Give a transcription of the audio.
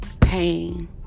Pain